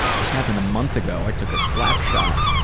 this happened a month ago. i took a slap shot.